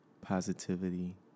positivity